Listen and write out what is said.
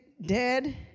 dead